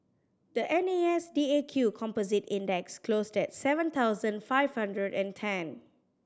the N A S D A Q Composite Index closed at seven thousand five hundred and ten